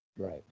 right